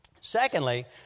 Secondly